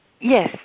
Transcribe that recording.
yes